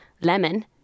lemon